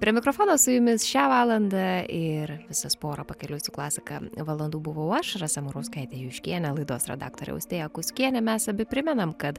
prie mikrofono su jumis šią valandą ir visas porą pakeliui su klasika valandų buvau aš rasa murauskaitė juškienė laidos redaktorė austėja kuskienė mes abi primenam kad